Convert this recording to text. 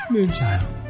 Moonchild